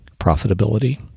profitability